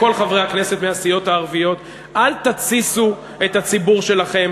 לכל חברי הכנסת מהסיעות הערביות: אל תתסיסו את הציבור שלכם